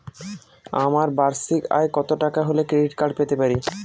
আমার বার্ষিক আয় কত টাকা হলে ক্রেডিট কার্ড পেতে পারি?